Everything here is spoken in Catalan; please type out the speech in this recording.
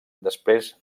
després